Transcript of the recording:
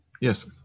Yes